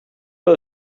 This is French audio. pas